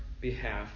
behalf